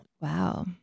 Wow